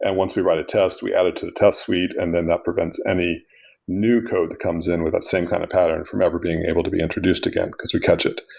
and once we write a test, we add it to the test suite and then that prevents any new code that comes in with that same kind of pattern from ever being able to be introduced again, because we catch it,